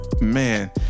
man